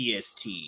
PST